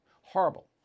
Horrible